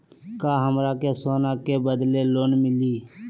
का हमरा के सोना के बदले लोन मिलि?